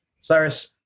Cyrus